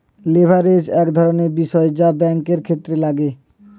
leverage এক ধরনের বিষয় যা ব্যাঙ্কের ক্ষেত্রে লাগে